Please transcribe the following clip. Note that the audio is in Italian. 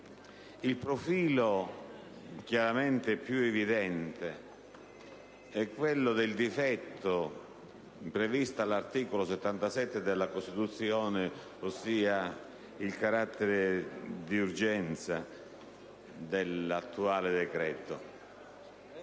Il profilo chiaramente più evidente è quello del difetto previsto all'articolo 77 della Costituzione, ossia il carattere di urgenza dell'attuale decreto.